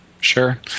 Sure